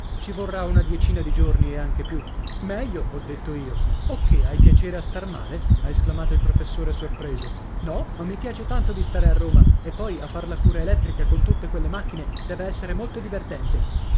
ci vorrà una diecina di giorni e anche più meglio ho detto io o che hai piacer a star male ha esclamato il professore sorpreso no ma mi piace tanto di stare a roma e poi a far la cura elettrica con tutte quelle macchine deve essere molto divertente